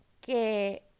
que